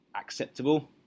acceptable